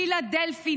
פילדלפי,